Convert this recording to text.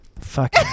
Fuck